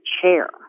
chair